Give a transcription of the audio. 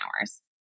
hours